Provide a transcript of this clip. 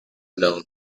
known